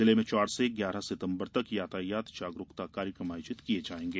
जिले में चार से ग्यारह सितंबर तक यातायात जागरूकता कार्यकम आयोजित किये जायेंगे